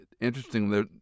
interestingly